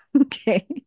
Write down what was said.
Okay